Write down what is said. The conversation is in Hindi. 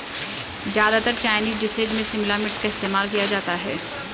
ज्यादातर चाइनीज डिशेज में शिमला मिर्च का इस्तेमाल किया जाता है